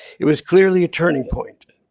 it was clearly a turning point.